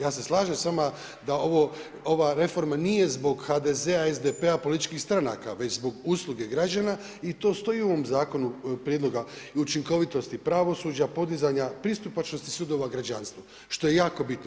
Ja se slažem s vama da ova reforma nije zbog HDZ-a, SDP-a, političkih stranaka već zbog usluge građana i to stoji u ovom zakonu prijedloga i učinkovitosti pravosuđa, podizanja pristupačnosti sudova građanstvu, što je jako bitno.